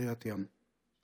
מקריית ים.